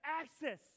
access